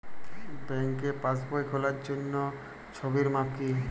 ব্যাঙ্কে পাসবই খোলার জন্য ছবির মাপ কী?